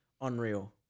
unreal